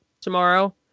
tomorrow